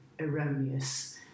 erroneous